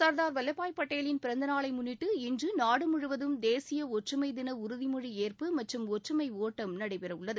சர்தார் வல்லபாய் பட்டேலின் பிறந்தநாளை முன்னிட்டு இன்று நாடு முழுவதும் தேசிய ஒற்றுமை தின உறுதிமொழி ஏற்பு மற்றும் ஒற்றுமை ஒட்டம் நடைபெறவுள்ளது